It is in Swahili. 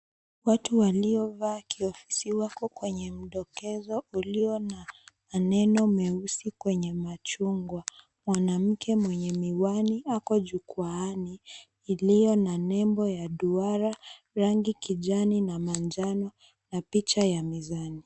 Watu waliovaa kiofisi wako kwenye mdokezo ulio na maneno meusi kwenye machungwa, mwanamke mwenye miwani ako jukwaani iliyo na nembo ya duara rangi kijani na manjano na picha ya mizani.